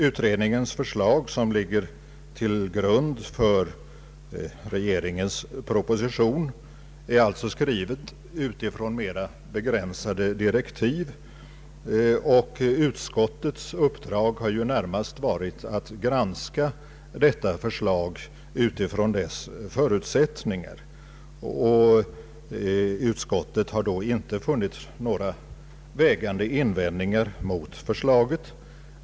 Utredningens förslag som ligger till grund för regeringens proposition är alltså skrivet utifrån mera begränsade direktiv, och utskottets uppdrag har ju närmast varit att granska detta förslag utifrån dess förutsättningar. Utskottet har då inte funnit några vägande invändningar mot förslaget.